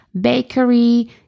Bakery